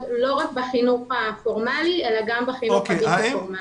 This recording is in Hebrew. לא רק בחינוך הפורמלי אלא גם בחינוך הבלתי פורמלי.